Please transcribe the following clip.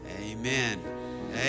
Amen